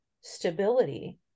stability